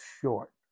short